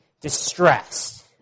distressed